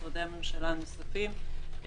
משרדי הממשלה הנוספים,